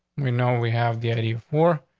we know we have the eighty four.